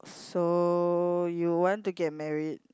so you want to get married